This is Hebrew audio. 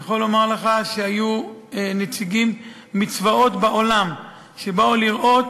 אני יכול לומר שהיו נציגים מצבאות בעולם שבאו לראות